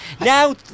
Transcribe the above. now